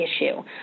issue